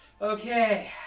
Okay